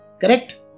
Correct